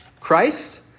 Christ